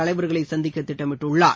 தலைவர்களை சந்திக்க திட்டமிட்டுள்ளார்